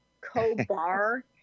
Co-Bar